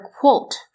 quote